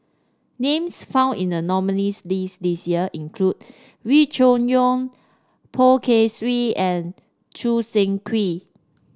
names found in the nominees' list this year include Wee Cho Yaw Poh Kay Swee and Choo Seng Quee